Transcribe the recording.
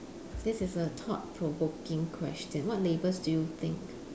this is a thought provoking question what labels do you think